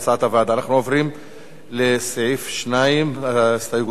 אנחנו עוברים לסעיף 2, הסתייגותם של חברי